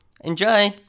Enjoy